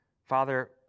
Father